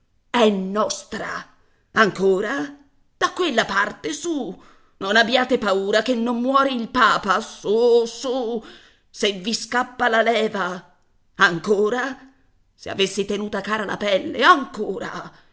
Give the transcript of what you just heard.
è nostra ancora da quella parte non abbiate paura che non muore il papa su su se vi scappa la leva ancora se avessi tenuta cara la pelle ancora